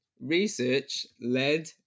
research-led